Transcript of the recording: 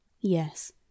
Yes